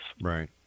Right